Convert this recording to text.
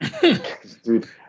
Dude